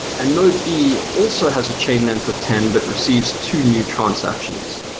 and node b also has a chain length of ten, but receives two new transactions.